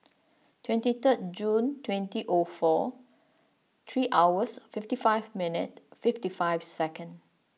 twenty third June twenty O four three hours fifty five minute fifty five second